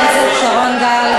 שעקרנו אתכם?